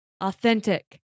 authentic